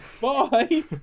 Bye